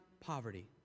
poverty